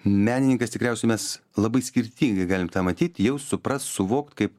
menininkas tikriausiai mes labai skirtingai galim tą matyt jau suprast suvokt kaip